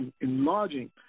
enlarging